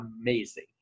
amazing